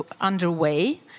underway